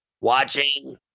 watching